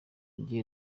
njye